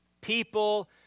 people